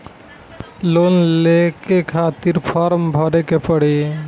Loan के लिए form भरे के पड़ी?